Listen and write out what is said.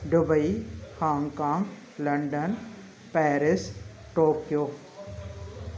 Dubai Hong Kong London Paris Tokyo